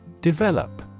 Develop